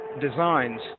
designs